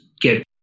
get